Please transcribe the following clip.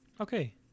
Okay